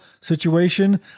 situation